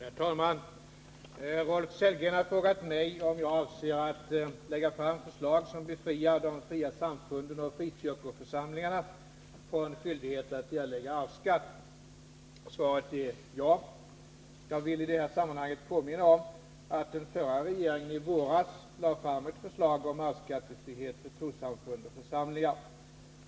136, och anförde: Herr talman! Rolf Sellgren har frågat mig om jag avser att lägga fram förslag som befriar de fria samfunden och frikyrkoförsamlingarna från skyldighet att erlägga arvsskatt. Svaret är ja. Jag vill i det här sammanhanget påminna om att den förra regeringen i våras lade fram ett förslag om arvsskattefrihet för trossamfund och församlingar.